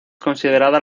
considerada